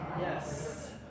Yes